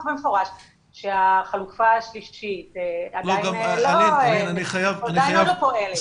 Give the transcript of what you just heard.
במפורש שהחלופה השלישית עדיין עוד לא פועלת.